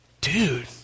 Dude